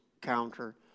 counter